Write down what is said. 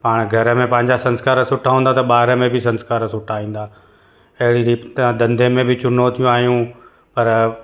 पाण घर में पंहिंजा संस्कार सुठा हूंदा त ॿार में बि संस्कार सुठा ईंदा अहिड़ी जी तव्हां धंधे में बि चुनौतियूं आहियूं पर